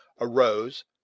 arose